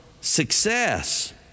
success